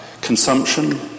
Consumption